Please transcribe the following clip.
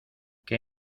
que